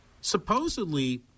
Supposedly